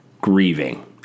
grieving